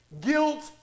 guilt